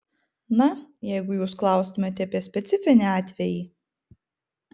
na jeigu jūs klaustumėte apie specifinį atvejį